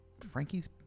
frankie's